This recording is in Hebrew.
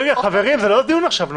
זה לא הדיון עכשיו.